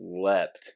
slept